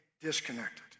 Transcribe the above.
disconnected